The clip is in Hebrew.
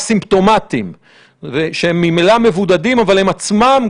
חולים אסימפטומטיים שהם ממילא מבודדים אבל הם עצמם,